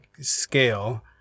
scale